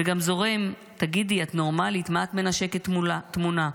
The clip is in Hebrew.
וגם זורם 'תגידי את נורמלית מה את מנשקת תמונה??'